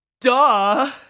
duh